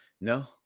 no